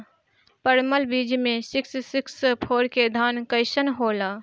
परमल बीज मे सिक्स सिक्स फोर के धान कईसन होला?